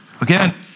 Again